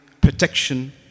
protection